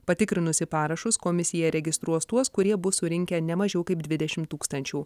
patikrinusi parašus komisija registruos tuos kurie bus surinkę ne mažiau kaip dvidešimt tūkstančių